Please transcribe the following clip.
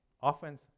Often